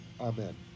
Amen